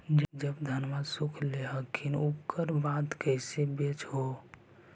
जब धनमा सुख ले हखिन उकर बाद कैसे बेच हो?